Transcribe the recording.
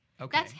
Okay